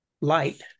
light